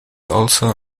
also